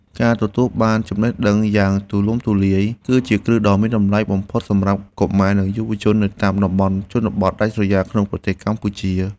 ការទទួលបានចំណេះដឹងយ៉ាងទូលំទូលាយ គឺជាគ្រឹះដ៏មានតម្លៃបំផុតសម្រាប់កុមារនិងយុវជននៅតាមតំបន់ជនបទដាច់ស្រយាលក្នុងប្រទេសកម្ពុជា។